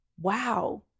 wow